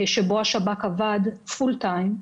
שבו השב"כ עבד פול טיים,